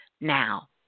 now